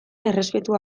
errespetu